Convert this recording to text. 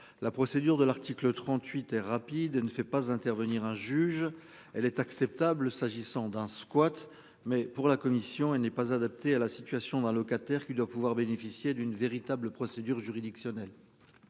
La procédure de l'article 38. Ne fait pas intervenir un juge, elle est acceptable. S'agissant d'un squat. Mais pour la commission, elle n'est pas adapté à la situation d'un locataire qui doit pouvoir bénéficier d'une véritable procédure juridictionnelle.